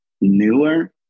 newer